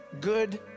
good